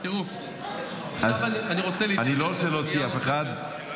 אז אני לא רוצה להוציא אף אחד,